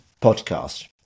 podcast